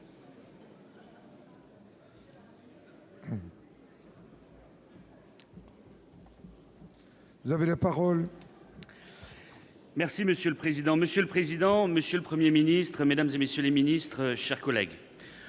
Vous avez la parole,